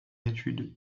étude